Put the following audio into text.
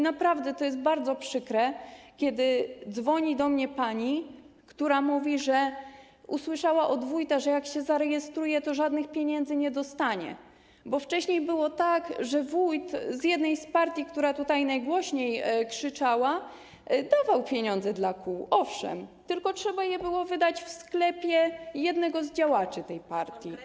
Naprawdę to jest bardzo przykre, kiedy dzwoni do mnie pani, która mówi, że usłyszała od wójta, że jak się zarejestruje, to żadnych pieniędzy nie dostanie, bo wcześniej było tak, że wójt z jednej z partii, która tutaj najgłośniej krzyczała, dawał pieniądze dla kół, owszem, tylko trzeba je było wydać w sklepie jednego z działaczy tej partii.